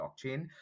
blockchain